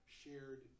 shared